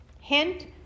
Hint